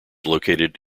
located